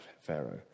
Pharaoh